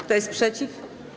Kto jest przeciw?